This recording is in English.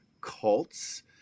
cults